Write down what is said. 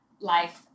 life